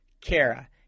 Kara